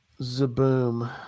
Zaboom